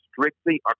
strictly